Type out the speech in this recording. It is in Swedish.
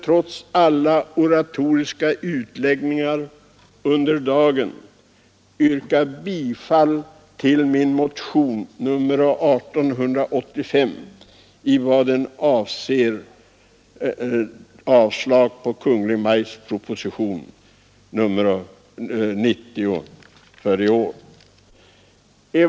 Trots alla oratoriska utläggningar under dagen måste jag yrka bifall till min motion nr 1885, som yrkar avslag på Kungl. Maj:ts proposition nr 90.